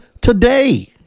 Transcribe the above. today